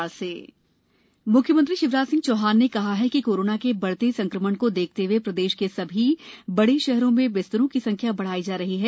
corona म्ख्यमंत्री म्ख्यमंत्री शिवराज सिंह चौहान ने कहा है कि कोरोना के बढ़ते संक्रमण को देखते हए प्रदेश के सभी बड़े शहरों में बिस्तरों की संख्या बढ़ाई जा रही है